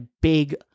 big